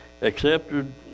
accepted